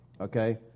okay